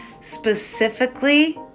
specifically